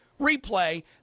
replay